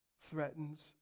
threatens